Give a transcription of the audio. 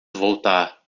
voltar